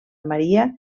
maria